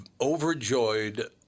overjoyed